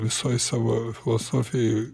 visoj savo filosofijoj